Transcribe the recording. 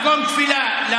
מקום תפילה,